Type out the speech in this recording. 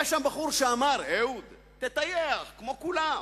היה שם בחור שאמר: "אהוד, תטייח, כמו כולם".